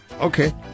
Okay